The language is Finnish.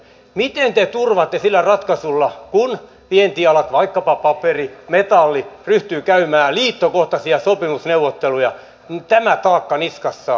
miten te turvaatte sillä ratkaisulla palkkakehityksen kun vientialat vaikkapa paperi metalli ryhtyvät käymään liittokohtaisia sopimusneuvotteluja tämä taakka niskassaan